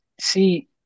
see